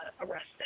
arrested